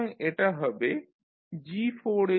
সুতরাং এটা হবে G4sG5sH3s